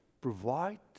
provide